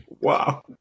Wow